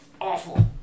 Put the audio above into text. awful